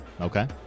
Okay